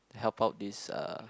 help out this uh